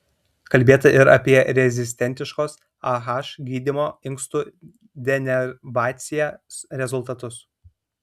kalbėta ir apie rezistentiškos ah gydymo inkstų denervacija rezultatus